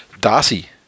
Darcy